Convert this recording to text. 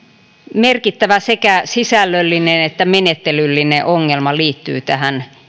merkittävä sekä sisällöllinen että menettelyllinen ongelma liittyy tähän